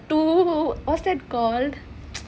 to offset call